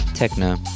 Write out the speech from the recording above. techno